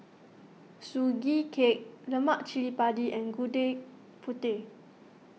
Sugee Cake Lemak Cili Padi and Gudeg Putih